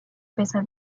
peça